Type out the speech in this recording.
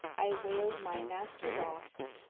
i wailed my master lost.